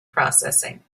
processing